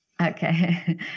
Okay